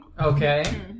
Okay